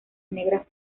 negras